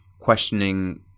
questioning